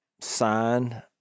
sign